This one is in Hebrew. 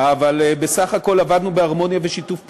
אבל בסך הכול עבדנו בהרמוניה ובשיתוף פעולה.